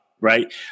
right